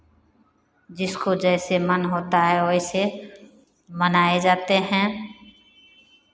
जिसको जैसे मन होता है वैसे मनाये जाते हैं